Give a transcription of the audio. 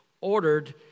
ordered